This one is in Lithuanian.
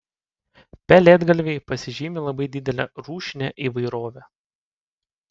pelėdgalviai pasižymi labai didele rūšine įvairove